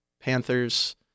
Panthers